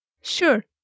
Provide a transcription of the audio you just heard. Sure